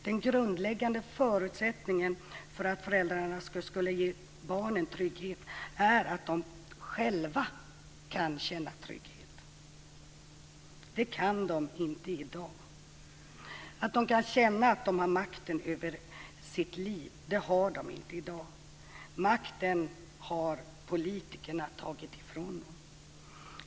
Den grundläggande förutsättningen för att föräldrar ska kunna ge barnen trygghet är att de själva kan känna trygghet. Det kan de inte i dag. Förutsättningen är att de kan känna makt över sitt liv. Det har de inte i dag. Makten har politikerna tagit ifrån dem.